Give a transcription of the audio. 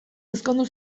ezkondu